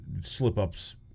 slip-ups